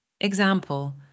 Example